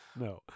no